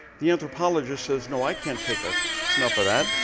the anthropologist says, no, i can't take a snuff of that,